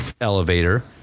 elevator